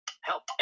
Help